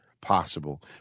possible